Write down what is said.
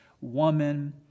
woman